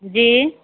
जी